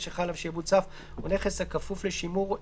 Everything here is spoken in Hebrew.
שזה סעיפים 77